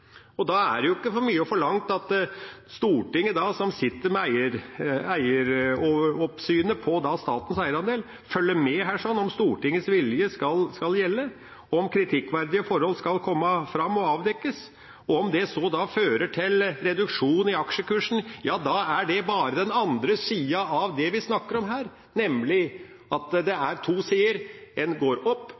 og da er det jo ikke for mye forlangt at Stortinget, som sitter med eieroppsynet på statens eierandel, følger med her, om Stortingets vilje skal gjelde, og om kritikkverdige forhold skal komme fram og avdekkes. Om det så fører til reduksjon i aksjekursen, ja da er det bare den andre siden av det vi snakker om her, nemlig at det er to sider. En går opp,